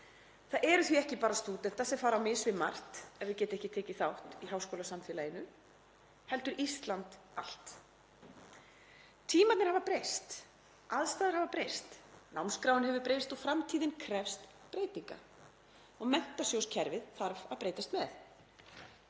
Það eru því ekki bara stúdentar sem fara á mis við margt ef þeir geta ekki tekið þátt í háskólasamfélaginu, heldur Ísland allt. Tímarnir hafa breyst, aðstæður hafa breyst, námskráin hefur breyst og framtíðin krefst breytinga. Menntasjóðskerfið þarf að breytast með.“